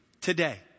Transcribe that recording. today